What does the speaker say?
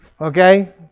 okay